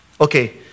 Okay